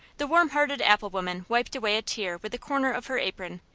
the warm-hearted apple-woman wiped away a tear with the corner of her apron,